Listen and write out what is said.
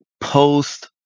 post